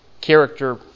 character